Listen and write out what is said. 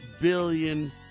billion